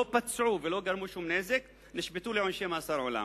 לא פצעו ולא גרמו שום נזק ונשפטו לעונשי מאסר עולם.